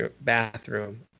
bathroom